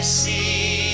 see